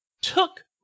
took